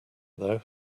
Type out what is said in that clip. though